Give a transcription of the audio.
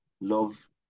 love